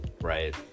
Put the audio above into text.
Right